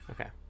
Okay